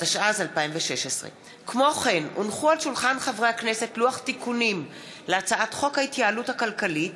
התשע"ז 2016. לוח תיקונים להצעת חוק ההתייעלות הכלכלית